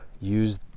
use